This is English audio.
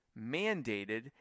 mandated